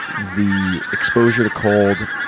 the exposure to cold,